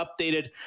updated